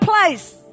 place